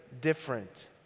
different